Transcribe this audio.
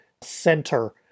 center